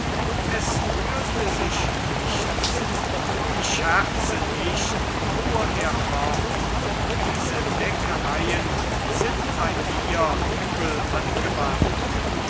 es rührte sich nichts ich scherze nicht fuhr er fort diese neckereien sind bei mir übel angewandt